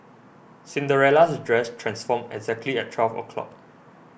Cinderella's dress transformed exactly at twelve o'clock